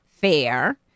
fair